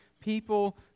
people